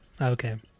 Okay